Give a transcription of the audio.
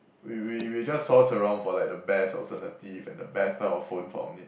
we we we just source around for like the best alternative and the best type of phone for our need